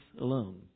alone